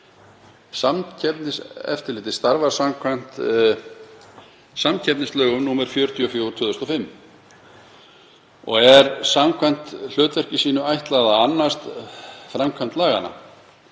Samkeppniseftirlitið starfar samkvæmt samkeppnislögum, nr. 44/2005, og er samkvæmt hlutverki sínu ætlað að annast framkvæmd laganna.